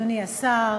אדוני השר,